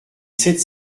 sept